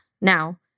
now